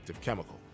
chemical